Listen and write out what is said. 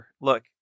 look